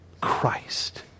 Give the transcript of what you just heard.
Christ